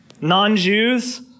non-Jews